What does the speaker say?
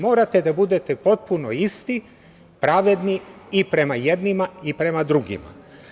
Morate da budete potpuno isti, pravedni i prema jednima i prema drugima.